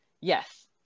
yes